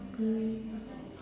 mm